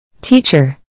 Teacher